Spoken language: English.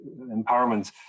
empowerment